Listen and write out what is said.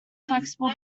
flexible